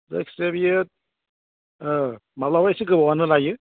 जायखिजाया बेयो माब्लाबा एसे गोबावआनो लायो